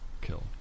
kill